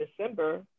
December